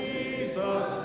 Jesus